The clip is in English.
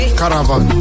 caravan